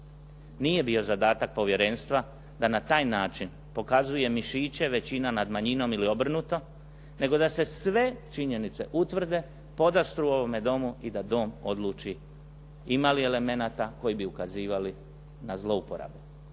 Nije bio zadatak Povjerenstva da na taj način pokazuje mišiće većina nad manjinom ili obrnuto, nego da se sve činjenice utvrde, podastru ovome Domu i da Dom odluči ima li elemenata koji bi ukazivali na zlouporabu,